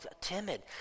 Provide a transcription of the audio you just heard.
timid